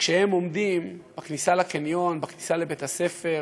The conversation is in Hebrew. כשהם עומדים בכניסה לקניון, בכניסה לבית-הספר,